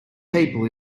people